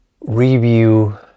review